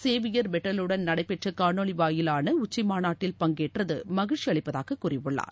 Xavier பெட்டலுடன் நடைபெற்ற காணொலி வாயிலான உச்சி மாநாட்டில் பங்கேற்றது மகிழ்ச்சி அளிப்பதாக கூறியுள்ளார்